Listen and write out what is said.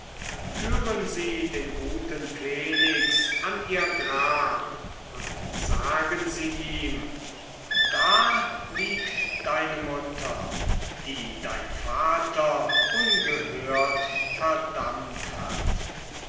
führen sie den guten felix an ihr grab und sagen sie ihm da liegt deine mutter die dein vater ungehört verdammt hat